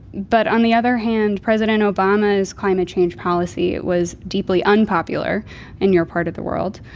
but on the other hand, president obama's climate change policy was deeply unpopular in your part of the world.